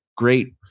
great